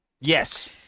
Yes